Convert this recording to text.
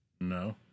No